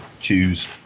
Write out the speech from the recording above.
choose